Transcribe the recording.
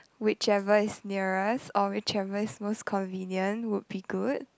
whichever is nearest or whichever is most convenient would be good